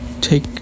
take